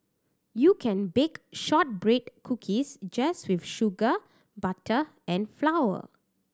you can bake shortbread cookies just with sugar butter and flour